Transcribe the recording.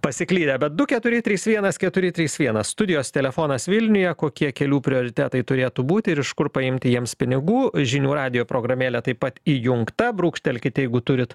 pasiklydę bet du keturi trys vienas keturi trys vienas studijos telefonas vilniuje kokie kelių prioritetai turėtų būti ir iš kur paimti jiems pinigų žinių radijo programėlė taip pat įjungta brūkštelkit jeigu turit